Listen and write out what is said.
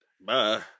Bye